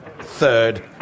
Third